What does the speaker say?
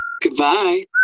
Goodbye